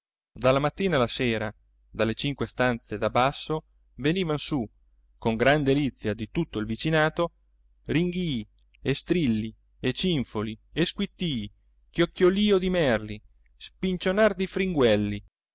dalla mattina alla sera dalle cinque stanze da basso venivan su con gran delizia di tutto il vicinato ringhi e strilli e cinfoli e squittii chioccolio di merli spincionar di fringuelli